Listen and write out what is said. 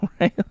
right